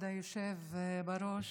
כבוד היושב-ראש,